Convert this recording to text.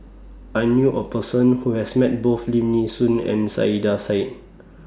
I knew A Person Who has Met Both Lim Nee Soon and Saiedah Said